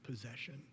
possession